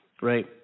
right